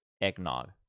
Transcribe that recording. eggnog